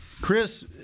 Chris